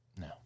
No